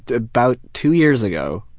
about two years ago,